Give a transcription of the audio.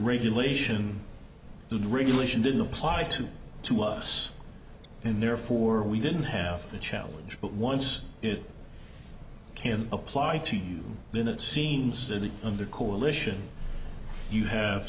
regulation the regulation didn't apply to to us and therefore we didn't have the challenge but once it can apply to then it seems that under coalition you have